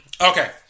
Okay